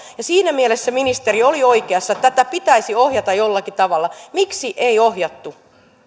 siinä mielessä ministeri oli oikeassa tätä pitäisi ohjata jollakin tavalla miksi ei ohjattu